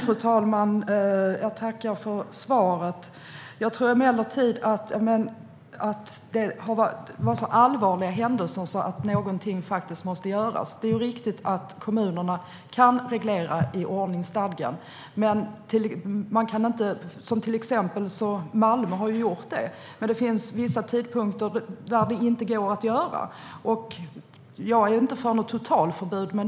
Fru talman! Jag tackar för svaret. Jag tror emellertid att händelserna är så allvarliga att någonting faktiskt måste göras. Det är riktigt att kommunerna kan reglera genom ordningsstadgan. Malmö har gjort det, men det finns vissa tidpunkter då det inte går att göra det. Jag är inte för ett totalförbud.